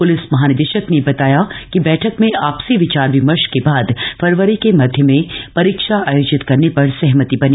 police मह निदेशक ने बताय कि बैठक में पसी विचाप विमर्श के बाद्द फरवरी के मध्य में परीक्ष थ योजित करने पर सहमति बनी